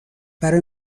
برای